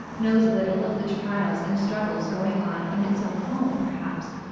knows little of the trials and struggles going on in its own home, perhaps.